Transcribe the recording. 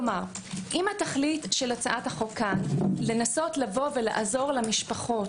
כלומר אם תכלית הצעת החוק כאן לנסות לעזור למשפחות